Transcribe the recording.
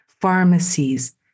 pharmacies